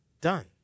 done